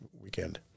weekend